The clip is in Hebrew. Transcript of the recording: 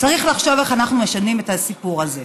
צריך לחשוב איך אנחנו משנים את הסיפור הזה.